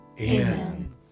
Amen